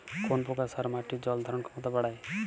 কোন প্রকার সার মাটির জল ধারণ ক্ষমতা বাড়ায়?